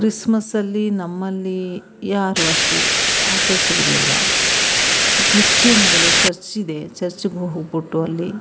ಕ್ರಿಸ್ಮಸ್ಸಲ್ಲಿ ನಮ್ಮಲ್ಲಿ ಯಾರು ಅಷ್ಟು ಆಚರಿಸುವುದಿಲ್ಲ ಕ್ರಿಶ್ಚಿಯನ್ಗಳು ಚರ್ಚಿದೆ ಚರ್ಚ್ಗೆ ಹೋಗ್ಬಿಟ್ಟು ಅಲ್ಲಿ